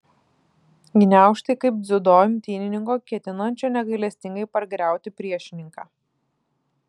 gniaužtai kaip dziudo imtynininko ketinančio negailestingai pargriauti priešininką